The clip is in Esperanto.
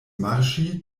marŝi